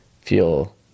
feel